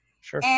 Sure